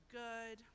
good